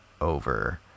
Over